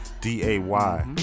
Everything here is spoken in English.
D-A-Y